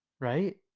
Right